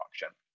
function